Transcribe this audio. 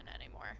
anymore